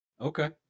Okay